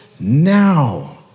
now